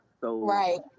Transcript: Right